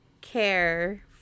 care